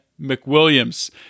McWilliams